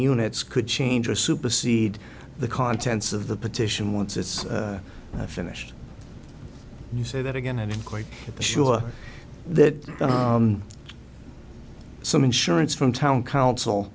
units could change or supersede the contents of the petition once it's finished you say that again i'm quite sure that some insurance from town council